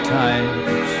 times